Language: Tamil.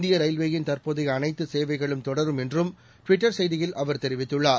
இந்திய ரயில்வேயின் தற்போதைய அனைத்து சேவைகளும் தொடரும் என்றும் ட்விட்டர் செய்தியில் அவர் தெரிவித்துள்ளார்